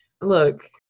Look